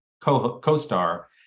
co-star